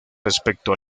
respecto